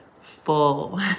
full